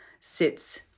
sits